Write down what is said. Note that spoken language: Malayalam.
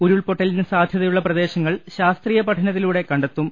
ഉരുൾപൊട്ടലിന് സാധൃതയുള്ള പ്രദേശങ്ങൾ ശാസ്ത്രീയപഠനത്തിലൂടെ കണ്ടെത്തും